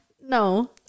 No